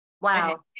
Wow